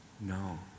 No